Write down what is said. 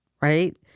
right